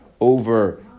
over